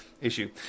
issue